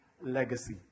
legacy